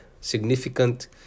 significant